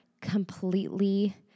completely